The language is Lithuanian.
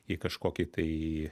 į kažkokį tai